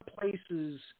places